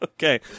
Okay